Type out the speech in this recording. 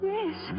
Yes